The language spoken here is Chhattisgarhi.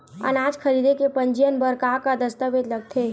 अनाज खरीदे के पंजीयन बर का का दस्तावेज लगथे?